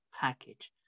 package